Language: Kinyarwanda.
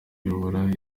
kuyobora